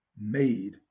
made